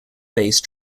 base